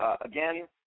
again